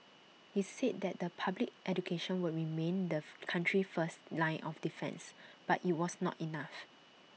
he said that the public education were remain the country's first line of defence but IT was not enough